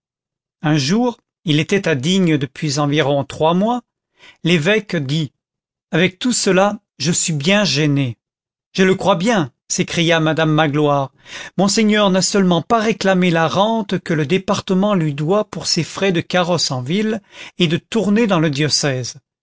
un jour il était à digne depuis environ trois mois lévêque dit avec tout cela je suis bien gêné je le crois bien s'écria madame magloire monseigneur n'a seulement pas réclamé la rente que le département lui doit pour ses frais de carrosse en ville et de tournées dans le diocèse